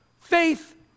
Faith